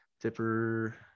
tipper